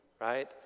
right